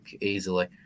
easily